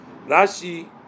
Rashi